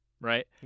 right